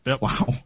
Wow